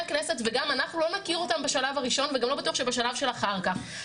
הכנסת וגם אנחנו לא נכיר אותם בשלב הראשון וגם לא בטוח שבשלב של אחר כך.